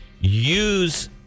use